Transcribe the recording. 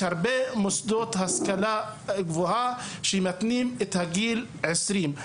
יש הרבה מוסדות השכלה גבוהה שמתנים את גיל הקבלה ב-20.